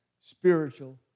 spiritual